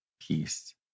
peace